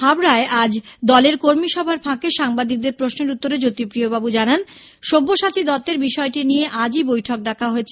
হাবড়ায় আজ দলের কর্মিসভার ফাঁকে সাংবাদিকদের প্রশ্নের উত্তরে জ্যোতিপ্রিয় বাবু জানান সব্যসাচী দত্তের বিষয়টি নিয়ে আজই বৈঠক ডাকা হয়েছে